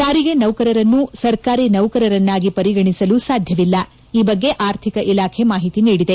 ಸಾರಿಗೆ ನೌಕರರನ್ನು ಸರ್ಕಾರಿ ನೌಕರರನ್ನಾಗಿ ಪರಿಗಣಿಸಲು ಸಾಧ್ಯವಿಲ್ಲ ಈ ಬಗ್ಗೆ ಆರ್ಥಿಕ ಇಲಾಖೆ ಮಾಹಿತಿ ನೀಡಿದೆ